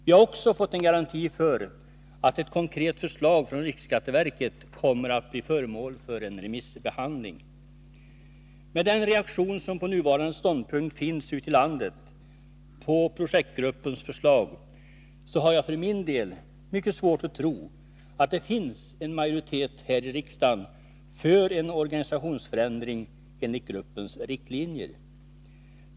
Vi har också fått en garanti för att ett konkret förslag från riksskatteverket kommer att bli föremål för en remissbehandling. Med tanke på den reaktion som på nuvarande stadium finns ute i landet på projektgruppens förslag har jag för min del mycket svårt att tro att det finns en majoritet här i riksdagen för en organisationsförändring enligt gruppens riktlinjer.